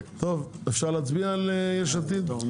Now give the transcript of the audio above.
אפשר להצביע על יש עתיד?